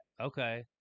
okay